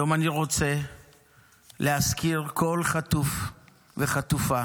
היום אני רוצה להזכיר כל חטוף וחטופה,